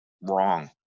wrong